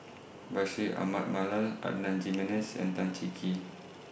Bashir Ahmad Mallal Adan Jimenez and Tan Cheng Kee